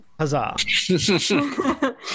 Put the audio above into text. Huzzah